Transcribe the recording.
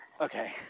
Okay